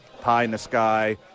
pie-in-the-sky